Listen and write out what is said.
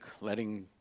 letting